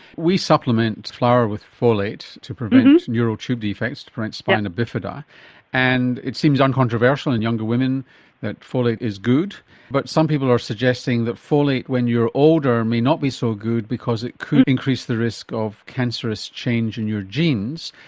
we supplement flour with folate to prevent neural tube defects like spina and bifida and it seems uncontroversial in younger woman that folate is good but some people are suggesting that folate when you're older might not be so good because it could increase the risk of cancerous change in your genes.